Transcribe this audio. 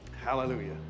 Hallelujah